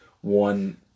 one